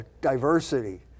diversity